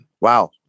Wow